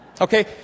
Okay